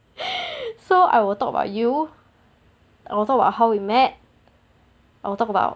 so I will talk about you I will talk about how we met I will talk about